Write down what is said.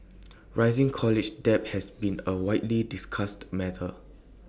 rising college debt has been A widely discussed matter